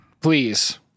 Please